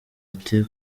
ati